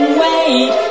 wait